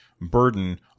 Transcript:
burden